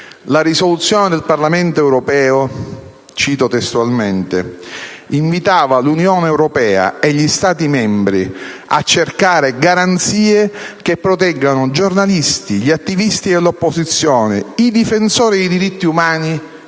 La risoluzione del Parlamento europeo - cito testualmente - invita «l'Unione Europea e gli Stati membri a cercare garanzie che proteggano i giornalisti, gli attivisti dell'opposizione e i difensori dei diritti umani